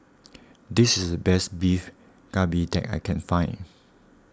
this is the best Beef Galbi that I can find